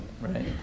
right